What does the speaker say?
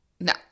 No